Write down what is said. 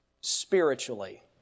spiritually